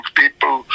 people